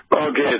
Okay